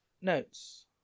notes